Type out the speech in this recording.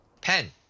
Pen